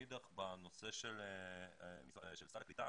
מאידך בנושא של סל הקליטה